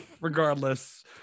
regardless